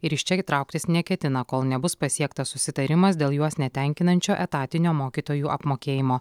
ir iš čia jie trauktis neketina kol nebus pasiektas susitarimas dėl juos netenkinančio etatinio mokytojų apmokėjimo